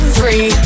Three